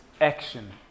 action